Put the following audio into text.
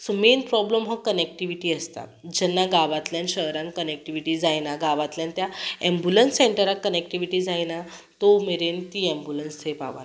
so main problem हो connectivity आसता जेन्ना गांवातल्यान शहरान कनेक्टिव्हीटी जायना गांवातल्यान त्या अँबुलन्स सँटराक कनेक्टिवीटी जायना तो मेरेन ती अँबुनल्स थंय पावना